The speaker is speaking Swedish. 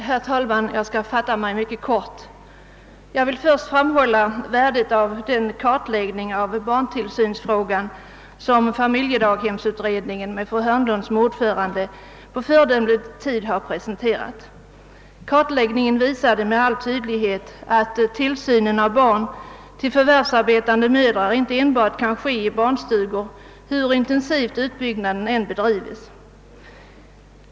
Herr talman! Jag vill först framhålla värdet av den kartläggning av barntillsynsfrågan som familjedaghemsutred ningen med fru Hörnlund som ordförande på föredömlig tid har presenterat. Denna kartläggning visar med all tydlighet att tillsynen av barn till förvärvsarbetande mödrar inte kan ske enbart i barnstugor, hur intensivt utbyggnaden än bedrives.